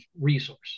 resource